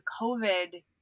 COVID